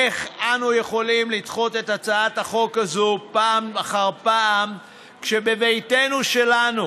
איך אנו יכולים לדחות את הצעת החוק הזאת פעם אחר פעם כשבביתנו שלנו,